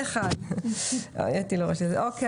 הצבעה בעד 1 נגד 0 נמנעים 0 הצעת החוק אושרה אוקיי,